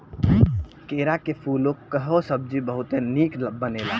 केरा के फूले कअ सब्जी बहुते निक बनेला